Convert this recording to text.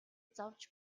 зовж